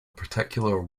particular